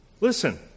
Listen